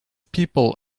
people